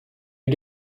you